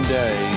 day